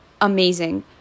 amazing